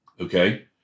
Okay